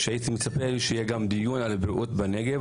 הייתי מצפה שיהיה גם דיון על הבריאות בנגב,